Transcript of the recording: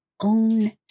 own